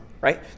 right